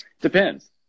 depends